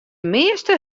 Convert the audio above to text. measte